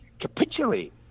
capitulate